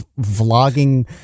vlogging